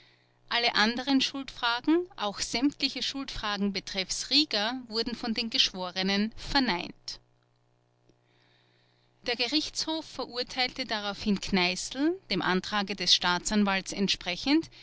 alle anderen schuldfragen auch sämtliche schuldfragen betreffs rieger wurden von den geschworenen verneint der gerichtshof verurteilte daraufhin kneißl dem antrage des staatsanwalts entsprechend